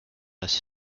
das